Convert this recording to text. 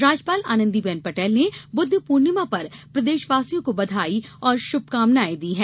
राज्यपाल आनंदीबेन पटेल ने बुद्ध पूर्णिमा पर प्रदेशवासियों को बधाई और शुभकामनाएँ दी हैं